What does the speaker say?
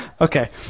Okay